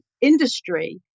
industry